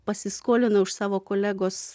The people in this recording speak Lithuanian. pasiskolinau iš savo kolegos